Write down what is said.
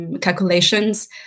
calculations